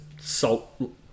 salt